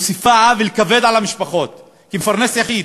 שמוסיפה עול כבד על המשפחות, כי זה מפרנס יחיד.